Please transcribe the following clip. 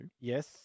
Yes